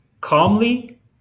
calmly